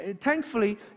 thankfully